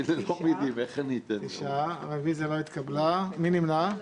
9. 9. מי נמנע?